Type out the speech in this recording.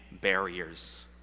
barriers